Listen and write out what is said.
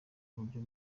uburyo